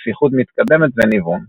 נפיחות מתקדמת וניוון.